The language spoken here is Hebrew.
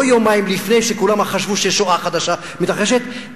לא יומיים לפני שכולם חשבו ששואה חדשה מתרחשת,